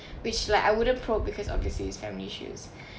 which like I wouldn't probe because obviously his family issues